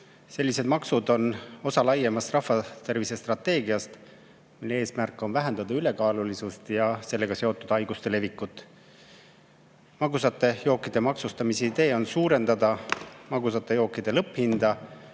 Sellised maksud on osa laiemast rahvatervise strateegiast, mille eesmärk on vähendada ülekaalulisust ja sellega seotud haiguste levikut. Magusate jookide maksustamise idee on suurendada magusate jookide lõpphinda,